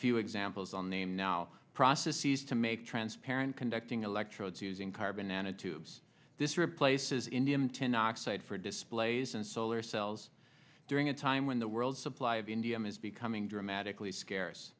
few examples on name now processes to make transparent conducting electrodes using carbon nanotubes this replaces indium ten oxide for displays and solar cells during a time when the world supply of india is becoming dramatically scar